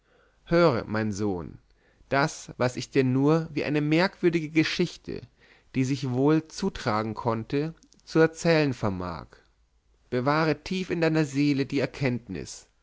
höre mein sohn das was ich dir nur wie eine merkwürdige geschichte die sich wohl zutragen konnte zu erzählen vermag bewahre tief in deiner seele die erkenntnis